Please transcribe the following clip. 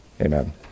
Amen